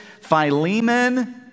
Philemon